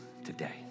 Today